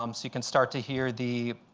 um so you can start to hear the